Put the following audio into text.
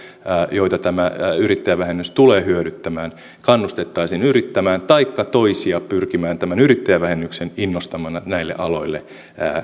joita tämä yrittäjävähennys tulee hyödyttämään kannustettaisiin yrittämään taikka toisia pyrkimään tämän yrittäjävähennyksen innostamana näille aloille